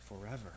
forever